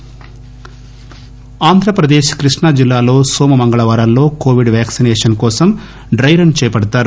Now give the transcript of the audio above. డ్రె రస్ ఆంధ్రప్రదేశ్ కృష్ణా జిల్లాలో నోమ మంగళవారాల్లో కోవిడ్ వాక్సినేషన్ కోసం డైరన్ చేపడతారు